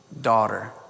Daughter